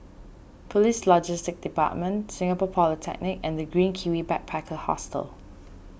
Police Logistics Department Singapore Polytechnic and the Green Kiwi Backpacker Hostel